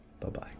Bye-bye